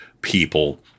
people